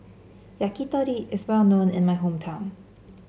yakitori is well known in my hometown